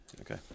Okay